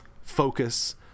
focus